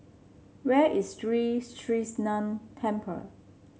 where is Sri Krishnan Temple